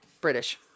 British